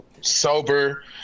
sober